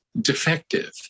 defective